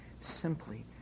simply